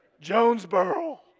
Jonesboro